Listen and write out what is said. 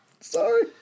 Sorry